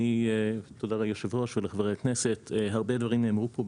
תודה ליושב ראש ולחברי הכנסת,